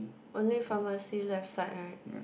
only pharmacy left side right